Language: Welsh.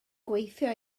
gweithio